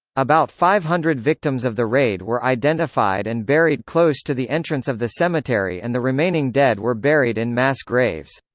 about five hundred victims of the raid were identified and buried close to the entrance of the cemetery and the remaining dead were buried in mass graves.